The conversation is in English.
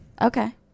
okay